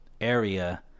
area